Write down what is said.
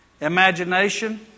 Imagination